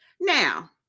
Now